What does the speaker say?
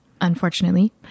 unfortunately